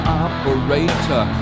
operator